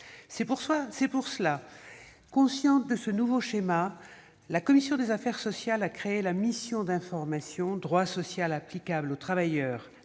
C'est pourquoi, consciente de ce nouveau schéma, la commission des affaires sociales a créé une mission d'information relative au « droit social applicable aux travailleurs